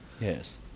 Yes